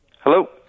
Hello